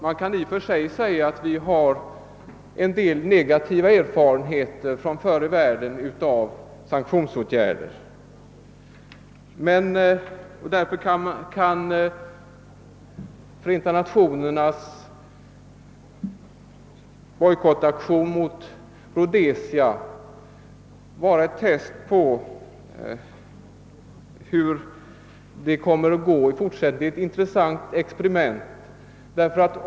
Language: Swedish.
I och för sig kan sägas att vi har en del negativa erfarenheter av tidigare vidtagna sanktionsåtgärder, och därför kan Förenta Nationernas bojkottaktion mot Rhodesia vara ett test på hur det kommer att gå i fortsättningen — ett intressant och viktigt experiment.